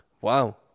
Wow